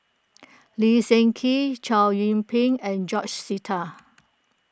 Lee Seng Gee Chow Yian Ping and George Sita